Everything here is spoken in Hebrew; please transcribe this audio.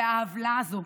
והעוולה הזו,